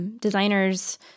designers